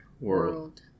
world